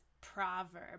proverb